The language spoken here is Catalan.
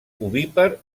ovípar